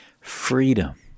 freedom